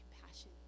compassion